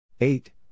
Eight